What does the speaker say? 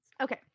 Okay